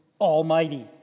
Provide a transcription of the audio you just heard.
Almighty